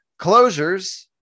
Closures